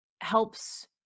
helps